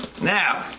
Now